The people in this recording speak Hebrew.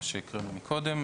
מה שהקראנו מקודם,